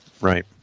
Right